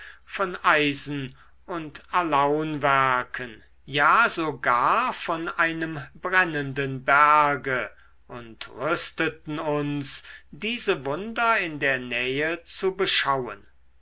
von eisen und alaunwerken ja sogar von einem brennenden berge und rüsteten uns diese wunder in der nähe zu beschauen